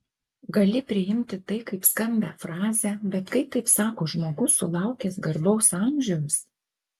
gali priimti tai kaip skambią frazę bet kai taip sako žmogus sulaukęs garbaus amžiaus